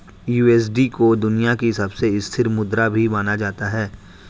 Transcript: USD को दुनिया की सबसे स्थिर मुद्रा भी माना जाता है